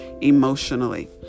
emotionally